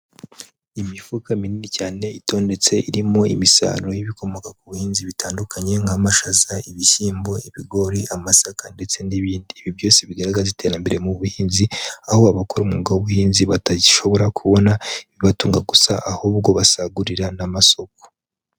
Imifuka minini cyane itondetse irimo imisaruro y'ibikomoka ku buhinzi bitandukanye nk'amashaza, ibishyimbo, ibigori, amasaka ndetse n'ibindi, ibi byose bigaragaza iterambere mu buhinzi, aho abakora umwuga w'ubuhinzi batagishobora kubona ibibatunga gusa, ahubwo basagurira n'amasoko.